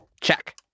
Check